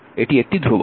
এটি একটি ধ্রুবক